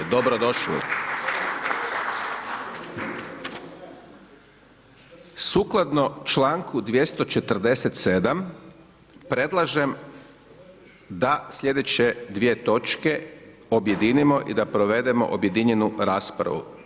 Dobrodošli. … Sukladno članku 247. predlažem da sljedeće dvije točke objedinimo i da provedemo objedinjenu raspravu.